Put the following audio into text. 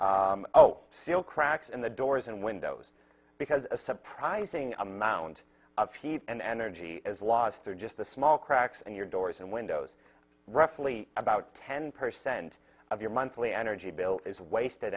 oh seal cracks in the doors and windows because a surprising amount of heat and energy is lost through just the small cracks and your doors and windows roughly about ten percent of your monthly energy bill is wasted